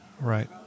right